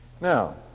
Now